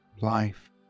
life